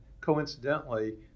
coincidentally